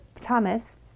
Thomas